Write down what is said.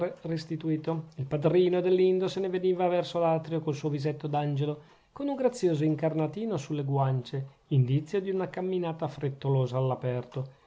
restituto il padrino adelindo se ne veniva verso l'atrio col suo visetto d'angelo con un grazioso incarnatino sulle guance indizio di una camminata frettolosa all'aperto